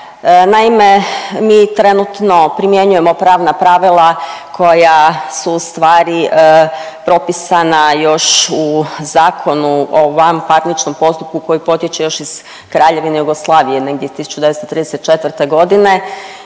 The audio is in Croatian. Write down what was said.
Naime, mi trenutno primjenjujemo pravna pravila koja su u stvari propisana još u Zakonu o vanparničnom postupku koji potječe još iz Kraljevine Jugoslavije negdje 1934. godine.